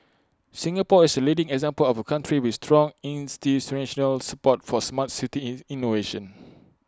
Singapore is A leading example of A country with strong institutional support for Smart City in innovation